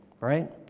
right